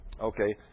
Okay